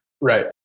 Right